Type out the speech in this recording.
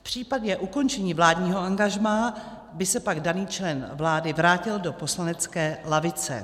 V případě ukončení vládního angažmá by se pak daný člen vlády vrátil do poslanecké lavice.